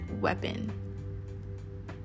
weapon